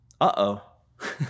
uh-oh